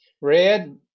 red